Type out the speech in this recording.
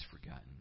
forgotten